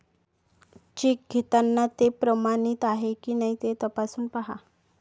check घेताना ते प्रमाणित आहे की नाही ते तपासून पाहा